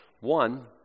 One